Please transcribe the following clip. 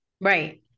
Right